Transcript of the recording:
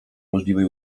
możliwej